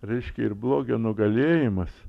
reiškia ir blogio nugalėjimas